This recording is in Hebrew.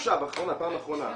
עכשיו, פעם אחרונה.